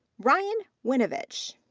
bryan winovich.